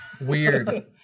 weird